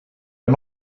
are